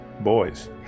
boys